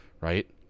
right